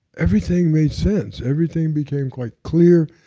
everything made sense, everything became quite clear,